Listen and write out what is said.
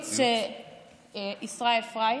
ישראל פריי?